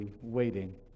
waiting